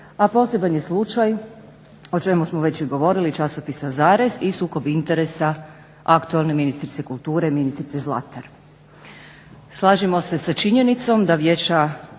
a poseban je slučaj o čemu smo već i govorili časopisa Zarez i sukob interesa aktualne ministrice kulture, ministrice Zlatar. Slažemo se sa činjenicom da vijeća